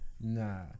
nah